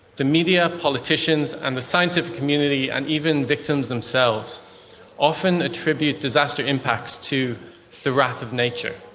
the media, politicians, and the scientific community and even victims themselves often attribute disaster impacts to the wrath of nature.